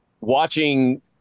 watching